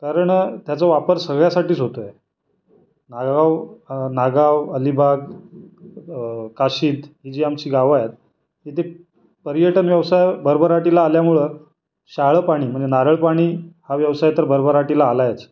कारण त्याचा वापर सगळ्यासाठीच होतो नाळगाव नागाव अलिबाग काशीद जी आमची गावं आहेत तिथे पर्यटन व्यवसाय भरभराटीला आल्यामुळं शहाळं पाणी म्हणजे नारळपाणी हा व्यवसाय तर भरभराटीला आलायच